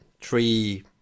three